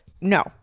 No